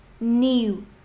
new